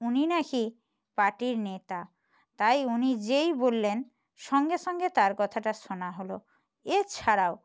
উনি নাকি পার্টির নেতা তাই উনি যেই বললেন সঙ্গে সঙ্গে তার কথাটা শোনা হলো এছাড়াও